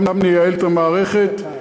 גם נייעל את המערכת,